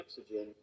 oxygen